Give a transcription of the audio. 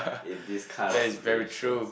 in this kind of situation